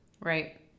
Right